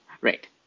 Right